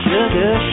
Sugar